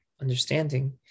understanding